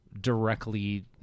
directly